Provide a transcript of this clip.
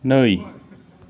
नै